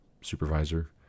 supervisor